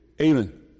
Amen